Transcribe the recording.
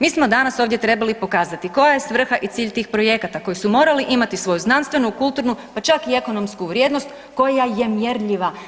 Mi smo danas ovdje trebali pokazati koja je svrha i cilj tih projekata koji su morali imati svoju znanstvenu, kulturnu pa čak i ekonomsku vrijednost koja je mjerljiva.